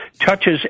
touches